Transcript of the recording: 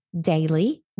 daily